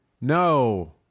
no